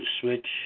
switch